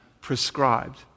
prescribed